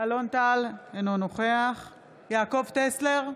אלון טל, אינו נוכח יעקב טסלר,